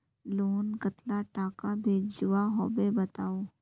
Loan कतला टाका भेजुआ होबे बताउ?